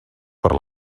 per